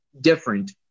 different